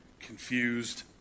Confused